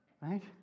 Right